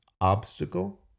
obstacle